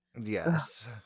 yes